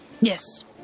Yes